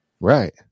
Right